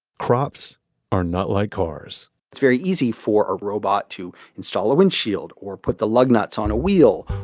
crops are not like cars it's very easy for a robot to install a windshield, or put the lug nuts on a wheel,